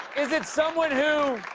is it someone who